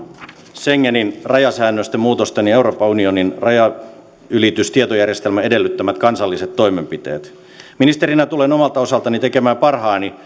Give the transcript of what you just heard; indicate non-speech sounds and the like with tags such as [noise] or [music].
schengenin rajasäännöstön muutosten ja euroopan unionin rajanylitystietojärjestelmän edellyttämät kansalliset toimenpiteet ministerinä tulen omalta osaltani tekemään parhaani [unintelligible]